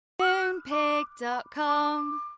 Moonpig.com